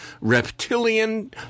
Reptilian